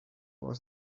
was